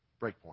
Breakpoint